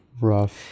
Rough